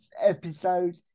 episode